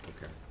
Okay